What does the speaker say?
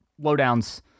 lowdown's